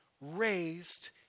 raised